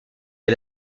est